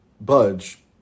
budge